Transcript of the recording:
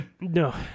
No